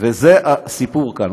וזה הסיפור כאן.